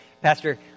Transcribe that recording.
Pastor